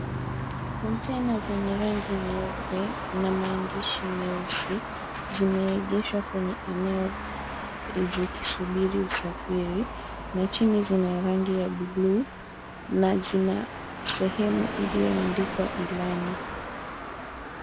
Kontena zenye rangi nyeupe na maandishi meusi zimeegeshwa kwenye eneo zikisubiri usafiri na chini zina rangi ya bluu na zina sehemu iliyoandikwa ilani.